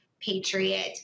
Patriot